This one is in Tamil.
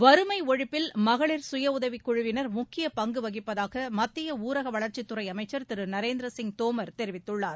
வறுமை ஒழிப்பில் மகளிர் சுய உதவிக் குழுவினர் முக்கிய பங்கு வகிப்பதாக மத்திய ஊரக வளர்ச்சித்துறை அமைச்சர் திரு நரேந்திர சிங் தோமர் தெரிவித்துள்ளார்